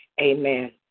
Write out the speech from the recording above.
Amen